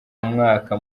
umwaka